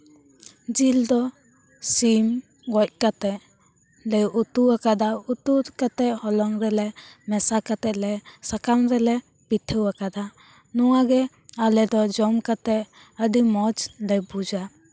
ᱡᱤᱞ ᱫᱚ ᱥᱤᱢ ᱜᱚᱡ ᱠᱟᱛᱮᱫ ᱞᱮ ᱩᱛᱩ ᱟᱠᱟᱫᱟ ᱩᱛᱩ ᱠᱟᱛᱮᱫ ᱦᱚᱞᱚᱝ ᱨᱮᱞᱮ ᱢᱮᱥᱟ ᱠᱟᱛᱮᱫ ᱞᱮ ᱥᱟᱠᱟᱢ ᱨᱮᱞᱮ ᱯᱤᱴᱷᱟᱹᱣ ᱟᱠᱟᱫᱟ ᱱᱚᱣᱟᱜᱮ ᱟᱞᱮ ᱫᱚ ᱡᱚᱢ ᱠᱟᱛᱮᱫ ᱟᱹᱰᱤ ᱢᱚᱡᱽ ᱞᱮ ᱵᱩᱡᱟ